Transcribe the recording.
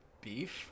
beef